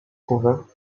cauvin